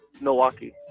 Milwaukee